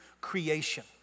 creation